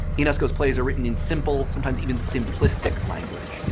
ionesco's plays are written in simple, sometimes even simplistic language.